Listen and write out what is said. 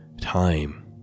time